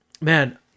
man